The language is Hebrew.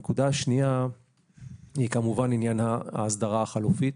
הנקודה השנייה היא כמובן עניין ההסדרה החלופית.